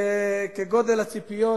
כגודל הציפיות